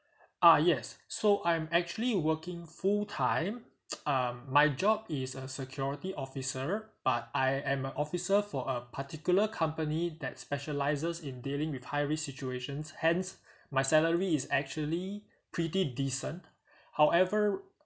ah yes so I am actually working full time um my job is a security officer but I am an officer for a particular company that specialises in dealing with high risk situation hence my salary is actually pretty decent however